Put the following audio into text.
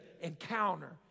encounter